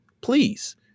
please